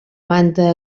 manta